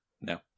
No